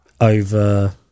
over